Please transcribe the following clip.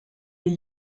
est